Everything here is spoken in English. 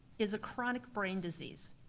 is a chronic brain disease.